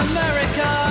America